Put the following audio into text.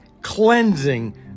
cleansing